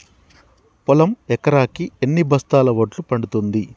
పొలం ఎకరాకి ఎన్ని బస్తాల వడ్లు పండుతుంది?